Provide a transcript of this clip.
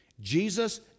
Jesus